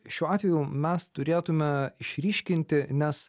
šiuo atveju mes turėtume išryškinti nes